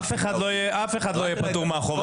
אף אחד לא יהיה פטור מהחובה.